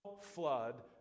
flood